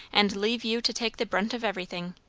and leave you to take the brunt of everything.